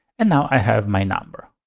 and now i have my number.